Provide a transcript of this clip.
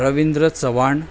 Ravindra Chavan